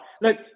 Look